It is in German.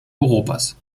europas